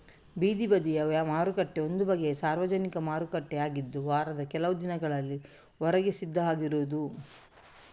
ಬೀದಿ ಬದಿಯ ಮಾರುಕಟ್ಟೆ ಒಂದು ಬಗೆಯ ಸಾರ್ವಜನಿಕ ಮಾರುಕಟ್ಟೆ ಆಗಿದ್ದು ವಾರದ ಕೆಲವು ದಿನಗಳಲ್ಲಿ ಹೊರಗೆ ಸಿದ್ಧ ಆಗಿರುದು